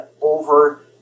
over